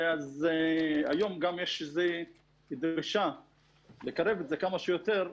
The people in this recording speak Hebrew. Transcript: היום יש דרישה לקרב את זה כמה שיותר,